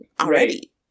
already